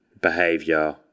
behavior